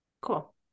Cool